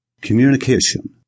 communication